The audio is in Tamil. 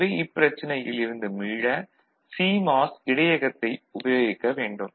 எனவே இப்பிரச்சனையில் இருந்து மீள சிமாஸ் இடையகத்தை உபயோகிக்க வேண்டும்